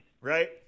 right